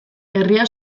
herria